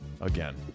again